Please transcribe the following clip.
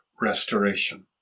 restoration